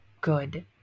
good